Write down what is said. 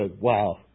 wow